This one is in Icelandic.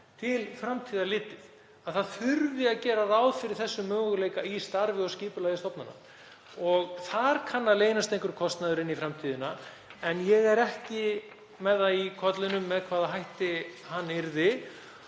til framtíðar litið að það þurfi að gera ráð fyrir þessum möguleika í starfi og skipulagi stofnana og þar kann að leynast einhver kostnaður inn í framtíðina. En ég er ekki með það í kollinum með hvaða hætti það yrði